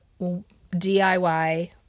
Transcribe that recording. DIY